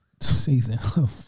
season